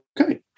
okay